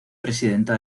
presidenta